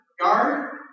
guard